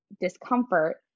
discomfort